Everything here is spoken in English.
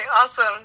awesome